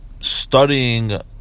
studying